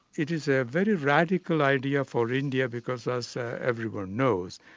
it is a very radical idea for india, because as everyone knows,